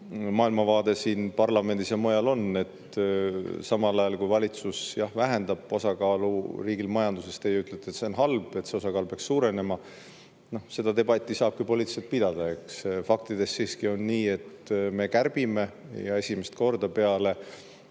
maailmavaade siin parlamendis ja mujal on. Samal ajal, kui valitsus vähendab riigi osakaalu majanduses, ütlete teie, et see on halb ja see osakaal peaks suurenema. Seda debatti saabki poliitiliselt pidada. Faktiliselt on siiski nii, et me kärbime ja esimest korda peale